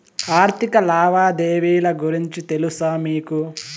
ఆర్థిక లావాదేవీల గురించి తెలుసా మీకు